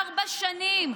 ארבע שנים,